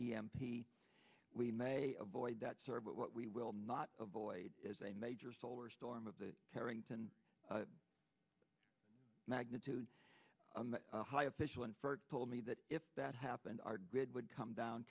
p we may avoid that sir but what we will not avoid is a major solar storm of the harington magnitude a high official told me that if that happened our grid would come down